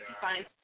Fine